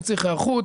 אני צריך היערכות,